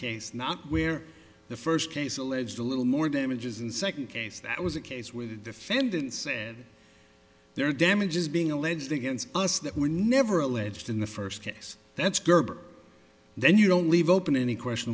case now where the first case alleged a little more damages in the second case that was a case where the defendant said there are damages being alleged against us that were never alleged in the first case that's gerber then you don't leave open any question